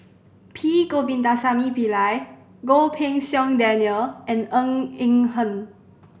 P Govindasamy Pillai Goh Pei Siong Daniel and Ng Eng Hen